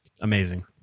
amazing